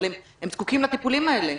אבל הם זקוקים לטיפולים האלה,